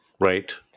right